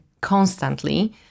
constantly